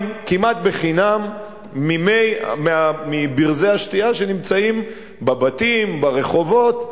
כמעט בחינם מברזי השתייה שנמצאים בבתים וברחובות.